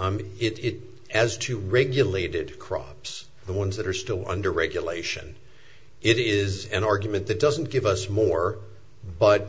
it as to regulated crops the ones that are still under regulation it is an argument that doesn't give us more but